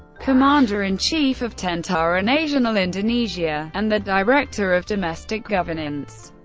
commander-in-chief of tentara nasional indonesia, and the director of domestic governance,